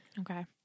Okay